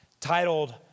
titled